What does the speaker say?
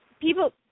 People